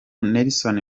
nelson